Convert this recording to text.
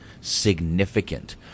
significant